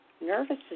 nervous